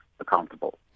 accountable